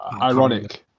Ironic